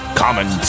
common